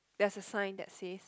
there's a sign that says